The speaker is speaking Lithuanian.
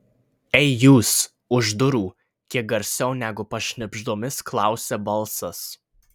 ei jūs už durų kiek garsiau negu pašnibždomis klausia balsas